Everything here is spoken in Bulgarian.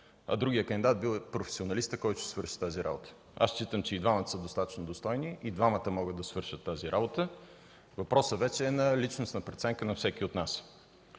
а другият кандидат бил професионалистът, който ще свърши работата. Смятам, че и двамата кандидати са достойни, и двамата могат да свършат тази работа. Въпросът е на личностната оценка на всеки от нас.